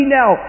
now